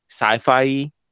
sci-fi